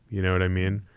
you know what i mean?